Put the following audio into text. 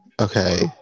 Okay